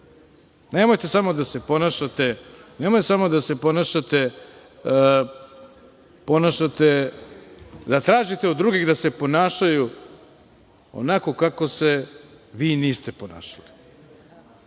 samo da se ponašate, da tražite od drugih da se ponašaju onako kako se vi niste ponašali.